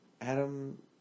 Adam